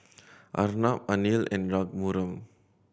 Arnab Anil and Raghuram